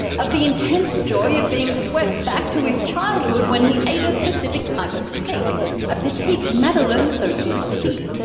of the intense joy of being swept back to his childhood when he ate a specific type of cake a petite madeleine soaked in tea.